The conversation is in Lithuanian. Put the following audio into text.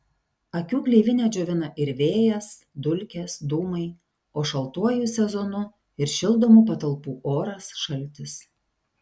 akių gleivinę džiovina ir vėjas dulkės dūmai o šaltuoju sezonu ir šildomų patalpų oras šaltis